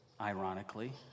ironically